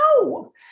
no